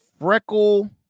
freckle